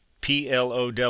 PLOW